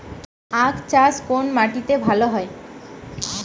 আখ চাষ কোন মাটিতে ভালো হয়?